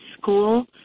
school